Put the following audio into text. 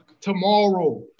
tomorrow